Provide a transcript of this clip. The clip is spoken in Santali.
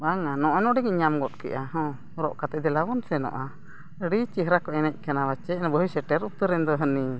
ᱵᱟᱝᱟ ᱱᱚᱜ ᱱᱚᱰᱮ ᱜᱮᱧ ᱧᱟᱢ ᱜᱚ ᱠᱮᱜᱼᱟ ᱦᱚᱸ ᱦᱚᱨᱚᱜ ᱠᱟᱛᱮᱫ ᱫᱮᱞᱟ ᱵᱚᱱ ᱥᱮᱱᱚᱜᱼᱟ ᱟᱹᱰᱤ ᱪᱮᱦᱨᱟ ᱠᱚ ᱮᱱᱮᱡ ᱠᱟᱱᱟ ᱯᱟᱪᱮᱱᱟ ᱵᱟᱹᱦᱩᱭ ᱥᱮᱴᱮᱨ ᱩᱛᱟᱹᱨᱮᱱ ᱫᱚ ᱦᱟᱹᱱᱤ